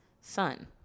son